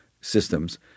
systems